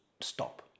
stop